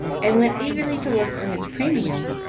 and went eagerly to look for his premium.